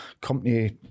company